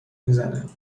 میزنه